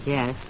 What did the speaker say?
Yes